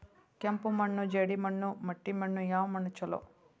ಕೆಂಪು ಮಣ್ಣು, ಜೇಡಿ ಮಣ್ಣು, ಮಟ್ಟಿ ಮಣ್ಣ ಯಾವ ಮಣ್ಣ ಛಲೋ?